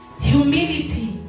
Humility